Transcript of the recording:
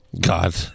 God